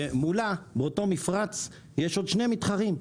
ומולה באותו מפרץ יש עוד שני מתחרים.